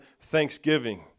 thanksgiving